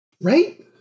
Right